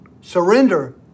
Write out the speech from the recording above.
Surrender